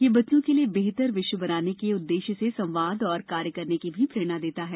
यह बच्चों के लिए बेहतर विश्व बनाने के उद्देश्य से संवाद और कार्य करने की भी प्रेरणा देता है